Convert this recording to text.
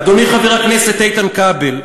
אדוני חבר הכנסת איתן כבל,